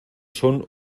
son